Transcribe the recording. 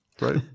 right